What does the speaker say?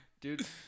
Dude